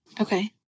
Okay